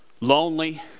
lonely